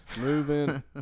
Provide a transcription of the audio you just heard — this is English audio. Moving